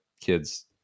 kids